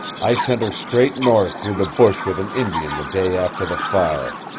i sent her straight north through the bush with an indian the day after the fire.